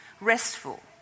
restful